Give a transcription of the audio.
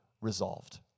resolved